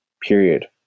Period